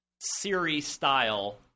Siri-style